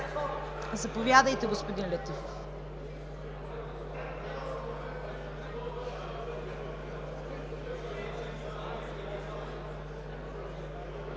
Заповядайте, господин Летифов.